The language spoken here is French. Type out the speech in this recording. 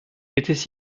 étaient